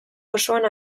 osoan